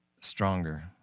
stronger